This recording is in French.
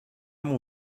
mon